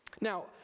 Now